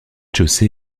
chaussée